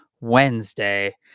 Wednesday